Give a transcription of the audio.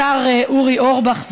השר אורי אורבך,